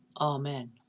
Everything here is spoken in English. Amen